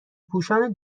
پوشان